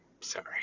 Sorry